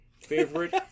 favorite